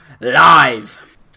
live